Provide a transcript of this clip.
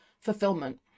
Fulfillment